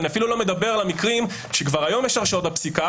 אני אפילו לא מדבר על המקרים שכבר היום יש בהם הרשעות בפסיקה,